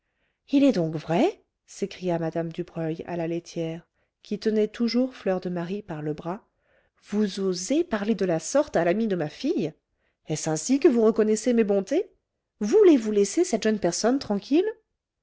il est donc vrai s'écria mme dubreuil à la laitière qui tenait toujours fleur de marie par le bras vous osez parler de la sorte à l'amie de ma fille est-ce ainsi que vous reconnaissez mes bontés voulez-vous laisser cette jeune personne tranquille